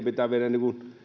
pitää viedä